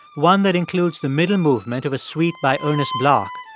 one that includes the middle movement of a suite by ernest bloch,